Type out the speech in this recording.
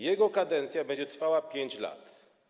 Jego kadencja będzie trwała 5 lat.